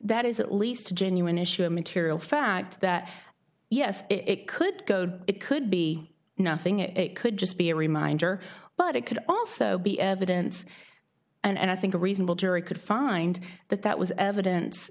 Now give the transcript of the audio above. that is at least a genuine issue a material fact that yes it could go do it could be nothing it could just be a reminder but it could also be evidence and i think a reasonable jury could find that that was evidence